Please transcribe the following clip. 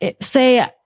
say